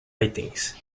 writings